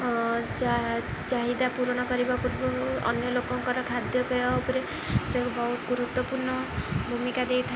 ଚା ଚାହିଦା ପୂରଣ କରିବା ପୂର୍ବରୁ ଅନ୍ୟ ଲୋକଙ୍କର ଖାଦ୍ୟପେୟ ଉପରେ ସେ ବହୁତ ଗୁରୁତ୍ୱପୂର୍ଣ୍ଣ ଭୂମିକା ଦେଇଥାଏ